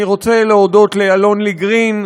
אני רוצה להודות לאלון לי גרין,